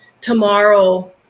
tomorrow